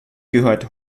gehört